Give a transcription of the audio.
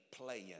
playing